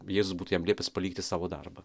jėzus būtų jam liepęs palikti savo darbą